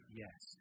yes